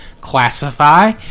classify